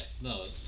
no